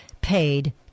paid